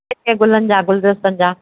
गुलनि जा गुलदस्तनि जा